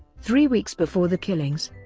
three weeks before the killings.